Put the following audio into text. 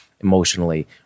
emotionally